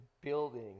building